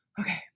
okay